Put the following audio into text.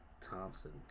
Thompson